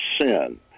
sin